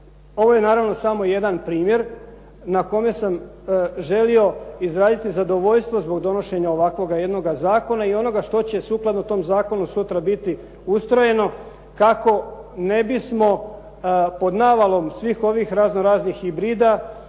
Ovo je naravno samo jedan primjer na kome sam želio izraziti zadovoljstvo zbog donošenja ovakvoga jednoga zakona i onoga što će sukladno tom zakonu sutra biti ustrojeno kako ne bismo pod navalom svih ovih raznoraznih hibrida